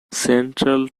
central